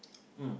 mm